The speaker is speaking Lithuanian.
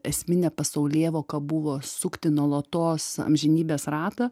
esminė pasaulėvoka buvo sukti nuolatos amžinybės ratą